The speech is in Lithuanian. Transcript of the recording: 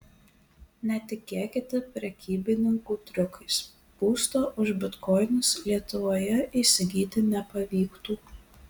netikėkite prekybininkų triukais būsto už bitkoinus lietuvoje įsigyti nepavyktų